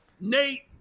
Nate